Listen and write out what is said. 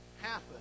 happen